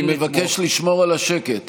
אני מבקש לשמור על השקט.